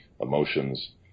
emotions